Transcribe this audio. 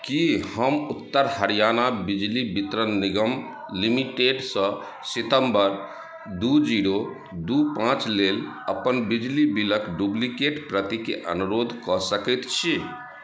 की हम उत्तर हरियाणा बिजली वितरण निगम लिमिटेडसँ सितम्बर दू जीरो दू पाँच लेल अपन बिजली बिलक डुप्लिकेट प्रतिके अनुरोध कऽ सकैत छी